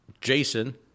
Jason